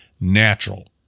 natural